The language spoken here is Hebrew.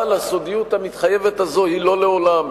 אבל הסודיות המתחייבת הזאת היא לא לעולם.